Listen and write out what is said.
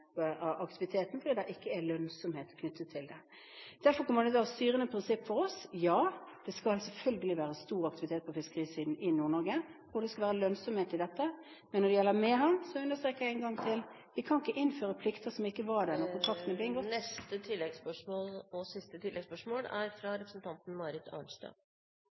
aktiviteten fordi det ikke er lønnsomhet knyttet til den. Derfor kommer det styrende prinsipp for oss til å være: Ja, det skal selvfølgelig være stor aktivitet på fiskerisiden i Nord-Norge, og det skal være lønnsomhet i dette. Men når det gjelder Mehamn, understreker jeg én gang til at vi ikke kan innføre plikter som ikke var der da kontrakten ble inngått. Marit Arnstad – til oppfølgingsspørsmål. Det er